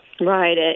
Right